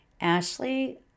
ashley